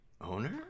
owner